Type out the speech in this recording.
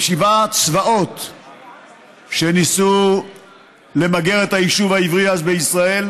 שבעה צבאות שניסו למגר את היישוב העברי אז בישראל.